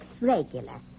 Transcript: regular